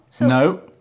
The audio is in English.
No